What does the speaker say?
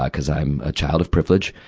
because i'm a child of privilege.